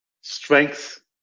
strength